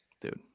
dude